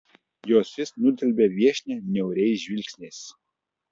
jos vis nudelbia viešnią niauriais žvilgsniais